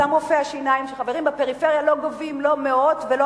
אותם רופאי השיניים שגרים בפריפריה לא גובים לא מאות ולא